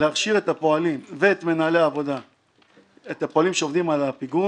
להכשיר את הפועלים שעובדים על הפיגום